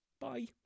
bye